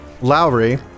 Lowry